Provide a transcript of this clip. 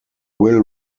will